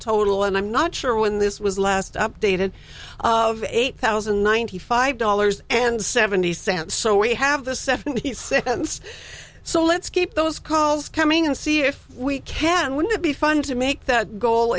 total and i'm not sure when this was last updated of eight thousand and ninety five dollars and seventy cents so we have the seventy seconds so let's keep those calls coming and see if we can wouldn't it be fun to make that goal